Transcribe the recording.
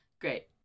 Great